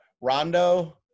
Rondo